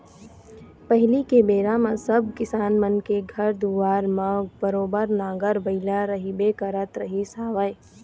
पहिली के बेरा म सब किसान मन के घर दुवार म बरोबर नांगर बइला रहिबे करत रहिस हवय